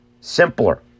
simpler